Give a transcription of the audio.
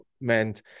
meant